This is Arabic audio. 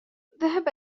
ذهب